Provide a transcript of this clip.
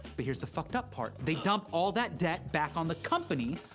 but here's the fucked up part they dump all that debt back on the company,